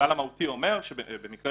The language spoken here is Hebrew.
הכלל המהותי אומר שבמקרה